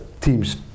teams